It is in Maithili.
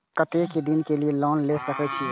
केते दिन के लिए लोन ले सके छिए?